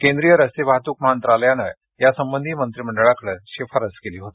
केंद्रीय रस्ते वाहतूक मंत्रालयानं यासंबंधी मंत्रिमंडळाकडे शिफारस केली होती